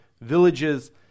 villages